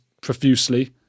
profusely